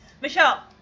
Michelle